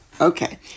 Okay